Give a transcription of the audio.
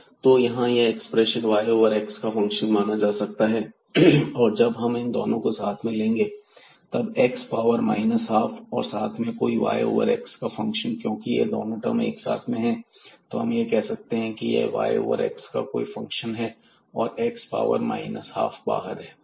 तो यहां यह एक्सप्रेशन y ओवर x का फंक्शन माना जा सकता है और जब हम इन दोनों को साथ में लेंगे तब x पावर ½ और साथ में कोई y ओवर x का फंक्शन क्योंकि यह दोनों टर्म साथ में हैं तो हम यह कह सकते हैं कि यह y ओवर x का कोई फंक्शन है और x पावर ½ बाहर है